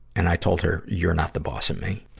and i told her, you're not the boss of me.